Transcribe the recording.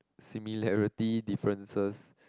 similarity differences